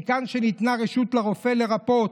מכאן שניתנה רשות לרופא לרפאות,